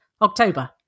October